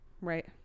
Right